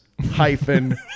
hyphen